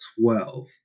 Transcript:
twelve